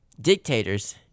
dictators